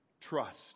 Trust